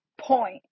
point